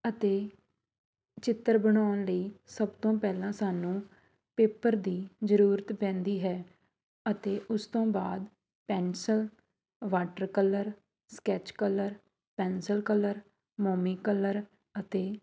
ਅਤੇ ਚਿੱਤਰ ਬਣਾਉਣ ਲਈ ਸਭ ਤੋਂ ਪਹਿਲਾਂ ਸਾਨੂੰ ਪੇਪਰ ਦੀ ਜ਼ਰੂਰਤ ਪੈਂਦੀ ਹੈ ਅਤੇ ਉਸ ਤੋਂ ਬਾਅਦ pencil water colour sketch colour pencil colour ਮੋਮੀ ਕਲਰ ਅਤੇ